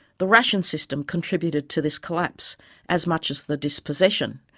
the ration system contributed to this collapse as much as the dispossession,